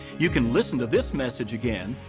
you can listen to this message again,